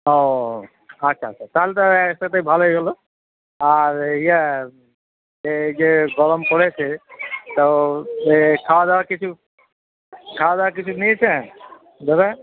ও আচ্ছা আচ্ছা তাহলে তো একসাথে ভালোই হল আর ইয়ে এই যে গরম পড়েছে তো ইয়ে খাওয়াদাওয়া কিছু খাওয়াদাওয়া কিছু নিয়েছেন দাদা